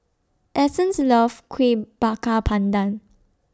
Essence loves Kuih Bakar Pandan